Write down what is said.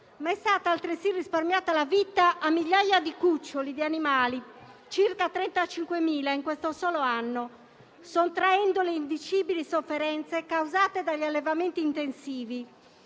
ma è stata altresì risparmiata la vita a migliaia di cuccioli di animali - circa 35.000 in questo solo anno - sottraendoli a indicibili sofferenze causate dagli allevamenti intensivi.